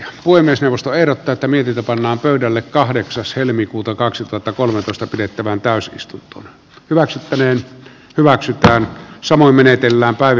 puhemiesneuvosto ehdottaa tamilit pannaan pöydälle kahdeksas helmikuuta kaksituhattakolmetoista pidettävään täysistunto hyväksyttäneen hyväksytään samoin menetellään päivi